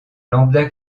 lambda